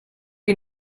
you